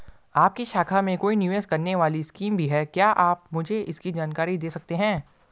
आपकी शाखा में कोई निवेश करने वाली स्कीम भी है क्या आप मुझे इसकी जानकारी दें सकते हैं?